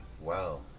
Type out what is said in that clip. Wow